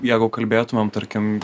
jeigu kalbėtumėm tarkim